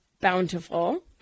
bountiful